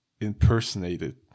impersonated